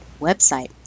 website